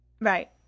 Right